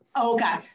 Okay